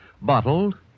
bottled